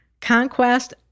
Conquest